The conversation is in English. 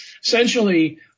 essentially